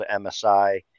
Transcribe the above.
MSI